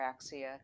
apraxia